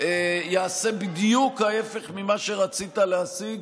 יעשה ההפך ממה שרצית להשיג.